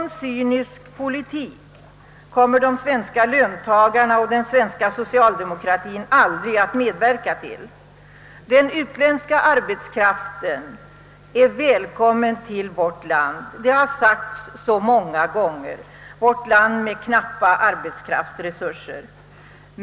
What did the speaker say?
En sådan cynisk politik kommer de svenska löntagarna och den svenska socialdemokratien aldrig att medverka till. Den utländska arbetskraften är välkommen till vårt land med dess knappa arbetskraftsresurser — det har sagts så många gånger.